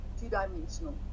two-dimensional